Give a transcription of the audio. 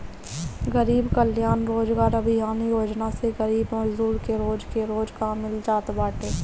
गरीब कल्याण रोजगार अभियान योजना से गरीब मजदूर के रोज के रोज काम मिल जात बाटे